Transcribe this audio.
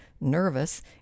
nervous